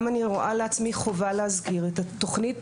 אני גם רואה לעצמי חובה להסביר את התוכנית